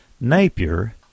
Napier